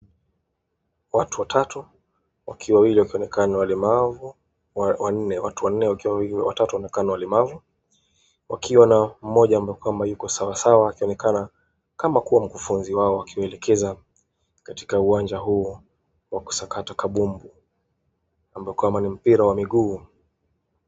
Watu watatu, wakiwa wawili wakionekana walemavu, watu wanne, watatu wanakaa ni walemavu wakiwa na mmoja ambaye kwamba yuko sawasawa akionekana kama kuwa mkufunzi wao akiwaelekeza katika uwanja huu wa kusakata kabumbu ambao kwamba ni mpira wa miguu.